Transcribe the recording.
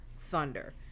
thunder